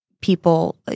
people